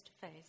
face